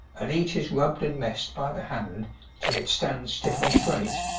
and each is rubbed and messed by the hand till it stands stiff and straight